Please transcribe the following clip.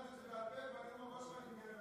ברגע שתלמד את זה בעל פה, תראה,